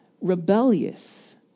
rebellious